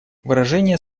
выражение